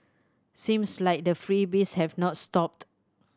seems like the freebies have not stopped